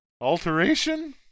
alteration